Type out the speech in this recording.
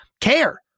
care